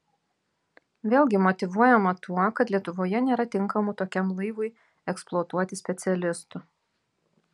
vėlgi motyvuojama tuo kad lietuvoje nėra tinkamų tokiam laivui eksploatuoti specialistų